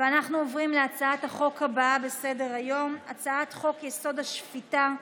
אנחנו עוברים להצעת החוק הבאה בסדר-היום: הצעת חוק-יסוד: השפיטה (תיקון,